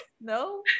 no